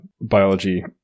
biology